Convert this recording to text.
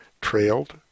trailed